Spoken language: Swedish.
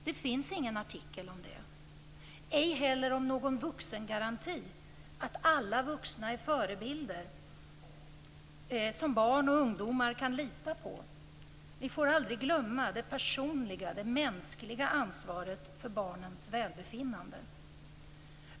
Det finns ingen artikel om det, och ej heller om någon vuxengaranti; att alla vuxna är förebilder som barn och ungdomar kan lita på. Vi får aldrig glömma det personliga, det mänskliga ansvaret för barnens välbefinnande.